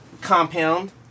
compound